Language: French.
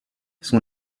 son